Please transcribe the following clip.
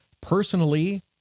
personally